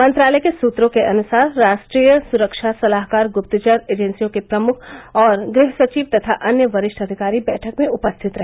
मंत्रालय के सूत्रों के अनुसार राष्ट्रीय सुरक्षा सलाहकार गुप्तचर एजेंसियों के प्रमुख और गृहसचिव तथा अन्य वरिष्ठ अधिकारी बैठक में उपस्थित रहे